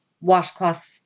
washcloth